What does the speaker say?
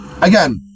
again